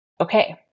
Okay